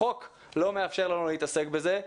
החוק לא מאפשר לנו להתעסק בזה.